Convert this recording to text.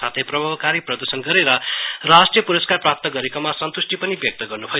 साथै प्रभावकारी प्रदर्शन गरेर राष्ट्रीय पुरस्कार प्राप्त गरेकोमा संतुष्टी पनि व्यक्त गर्नुभयो